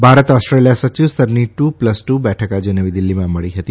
Bharat Australia સચિવ સ્તરની two plus two બેઠક આજે નવી દીલ્ફીમાં મળી હતી